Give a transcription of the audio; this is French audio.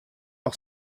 par